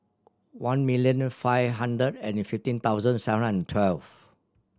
one million five hundred and fifteen thousand seven hundred and twelve